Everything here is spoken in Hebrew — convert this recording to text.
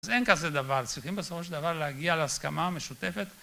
אז אין כזה דבר, צריכים בסופו של דבר להגיע להסכמה משותפת